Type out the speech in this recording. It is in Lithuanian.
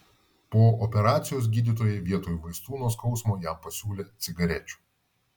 po operacijos gydytojai vietoj vaistų nuo skausmo jam pasiūlė cigarečių